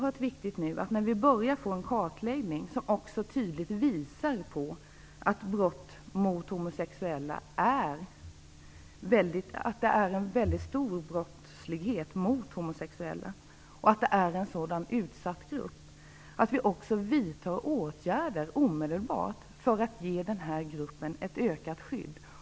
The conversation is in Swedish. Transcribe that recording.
När vi nu börjar få en kartläggning, som tydligt visar på en väldigt stor brottslighet mot homosexuella och att gruppen är så utsatt, är det viktigt att vi vidtar åtgärder omedelbart för att ge denna grupp ett ökat skydd.